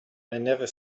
never